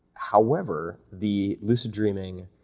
however, the lucid dreaming,